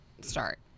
start